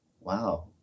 Wow